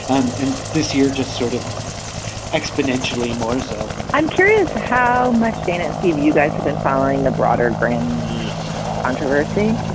and and this year, just sort of exponentially more so i'm curious how much dan and steve, you guys have been following the broader grammy controversy,